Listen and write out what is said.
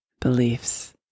beliefs